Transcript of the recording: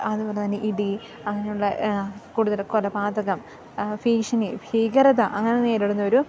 അതുപോലെത്തന്നെ ഇടി അങ്ങനെയുള്ള കൂടുതൽ കൊലപാതകം ഭീഷണി ഭീകരത അങ്ങനെ നേരിടുന്ന ഒരു